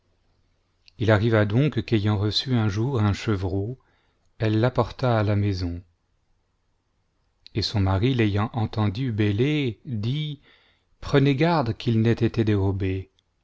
il arriva donc qu'ayant reçu un jour un chevreau elle l'apporta à la maison et son mari l'ayant entendu bêler dit prenez garde qu'il n'ait été dérobé